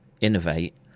innovate